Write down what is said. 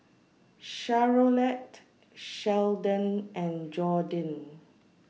Charolette Seldon and Jordyn